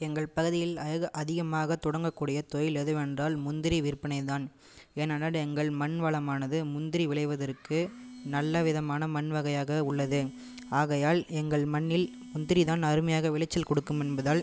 எங்கள் பகுதியில் மிக அதிகமாக தொடங்கக்கூடிய தொழில் எதுவென்றால் முந்திரி விற்பனைதான் ஏன்னால் எங்கள் மண் வளமானது முந்திரி விளைவதற்கு நல்ல விதமான மண் வகையாக உள்ளது ஆகையால் எங்கள் மண்ணில் முந்திரிதான் அருமையாக விளைச்சல் கொடுக்கும் என்பதால்